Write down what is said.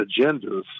agendas